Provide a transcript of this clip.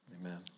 Amen